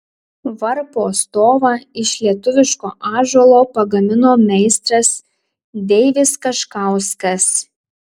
varpo stovą iš lietuviško ąžuolo pagamino meistras deivis kaškauskas